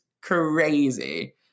crazy